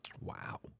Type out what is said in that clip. Wow